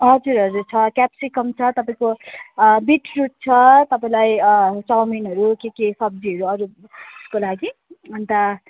हजुर हजुर छ क्याप्सिकम छ तपाईँको अँ बिटरुट छ तपाईँलाई अँ चाउमिनहरू के के सब्जीहरू अरूको लागि अन्त